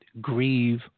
grieve